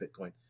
Bitcoin